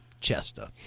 Chester